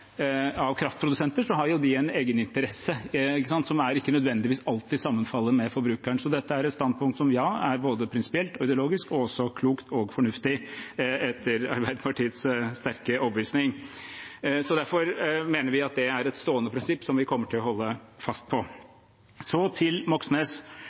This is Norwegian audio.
kraftprodusenter, har jo de en egeninteresse som ikke nødvendigvis alltid er sammenfallende med forbrukerens. Så dette er et standpunkt som både er prinsipielt og ideologisk og også klokt og fornuftig, etter Arbeiderpartiets sterke overbevisning. Derfor mener vi at det er et stående prinsipp som vi kommer til å holde fast på. Så til representanten Moxnes.